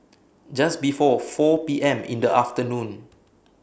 Just before four P M in The afternoon